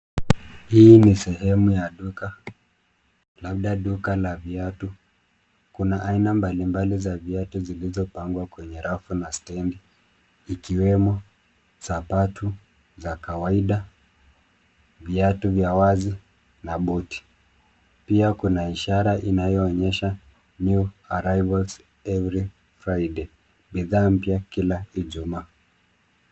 Hii ni sehemu ya duka labda duka la viatu kuna aina mbalimbali za viatu zilizopangwa kwenye rafu na stendi ikiwemo za patu , za kawaida, viatu vya wazi na buti. Pia kuna ishara inayoonyesha New arrivals every Friday (cs) bidhaa mpya kila ijumaa.